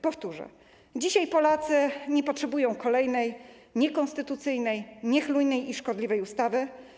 Powtórzę: dzisiaj Polacy nie potrzebują kolejnej niekonstytucyjnej, niechlujnej i szkodliwej ustawy.